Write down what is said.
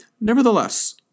Nevertheless